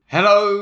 Hello